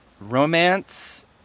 romance